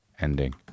Ending